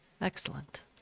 Excellent